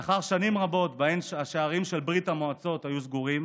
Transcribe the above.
לאחר שנים רבות שבהן השערים של ברית המועצות היו סגורים